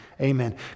Amen